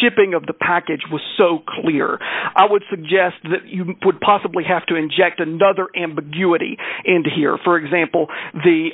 shipping of the package was so clear i would suggest that you would possibly have to inject another ambiguity into here for example the